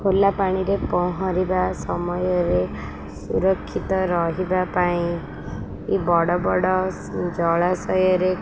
ଖୋଲାପାଣିରେ ପହଁରିବା ସମୟରେ ସୁରକ୍ଷିତ ରହିବା ପାଇଁ ବଡ଼ ବଡ଼ ଜଳାଶୟରେ